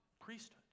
priesthood